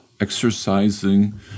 exercising